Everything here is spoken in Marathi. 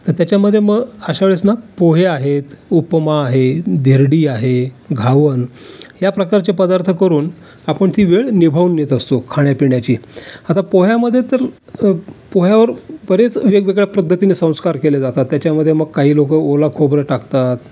तर त्याच्यामधे मग अशा वेळेस ना पोहे आहेत उपमा आहे धिरडी आहे घावन या प्रकारचे पदार्थ करून आपण ती वेळ निभावून नेत असतो खाण्यापिण्याची आता पोह्यामध्ये तर पोह्यावर बरेच वेगवेगळ्या पद्धतीने संस्कार केले जातात त्याच्यामध्ये मग काही लोक ओलं खोबरं टाकतात